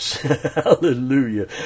hallelujah